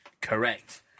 Correct